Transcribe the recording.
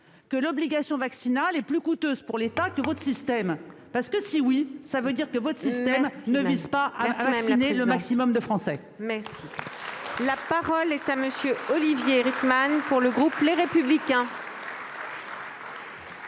que l'obligation vaccinale est plus coûteuse pour l'État que votre système ? Si la réponse est oui, cela signifie que votre système ne vise pas à vacciner le maximum de Français. La parole est à M. Olivier Rietmann, pour le groupe Les Républicains.